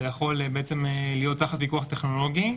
הוא יכול להיות תחת פיקוח טכנולוגי,